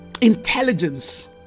intelligence